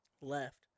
Left